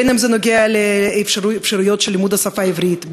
בין שזה נוגע לאפשרויות לימוד השפה העברית,